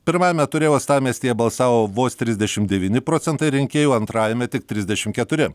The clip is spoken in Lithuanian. pirmajame ture uostamiestyje balsavo vos trisdešimt devyni procentai rinkėjų antrajame tik trisdešim keturi